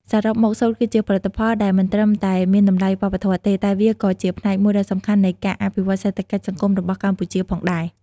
សរុបមក សូត្រគឺជាផលិតផលដែលមិនត្រឹមតែមានតម្លៃវប្បធម៌ទេ តែវាក៏ជាផ្នែកមួយដ៏សំខាន់នៃការអភិវឌ្ឍសេដ្ឋកិច្ចសង្គមរបស់កម្ពុជាផងដែរ។